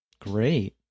Great